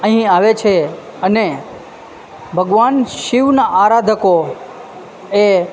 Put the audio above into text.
અહીં આવે છે અને ભગવાન શિવના આરાધકો એ